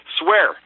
swear